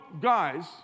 guys